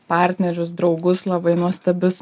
partnerius draugus labai nuostabius